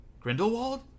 grindelwald